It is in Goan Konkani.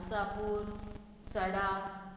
आसापूर सडा